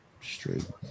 straight